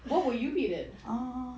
what will you be then